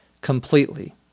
completely